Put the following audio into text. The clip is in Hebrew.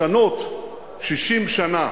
לשנות 60 שנה